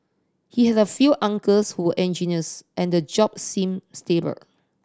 he had a few uncles who engineers and the job seemed stable